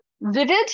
vivid